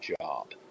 job